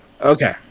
Okay